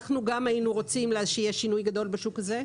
אנחנו גם היינו רוצים שיהיה שינוי גדול בשוק הזה.